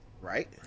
Right